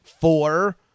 four